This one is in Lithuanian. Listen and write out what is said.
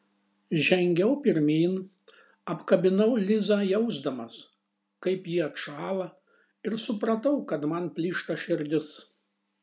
žengiau pirmyn apkabinau lizą jausdamas kaip ji atšąla ir supratau kad man plyšta širdis